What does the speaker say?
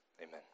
Amen